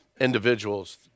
individuals